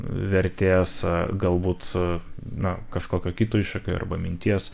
vertės galbūt na kažkokio kito iššūkio arba minties